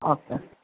okay